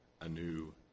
anew